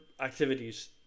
activities